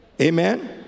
Amen